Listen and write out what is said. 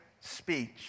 speech